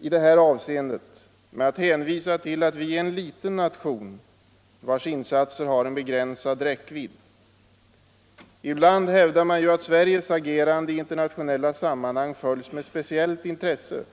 i det här avseendet med att hänvisa till att vi är en liten nation vars insatser har en begränsad räckvidd. Ibland hävdar man ju att Sveriges agerande i internationella sammanhang följs med speciellt intresse.